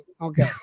Okay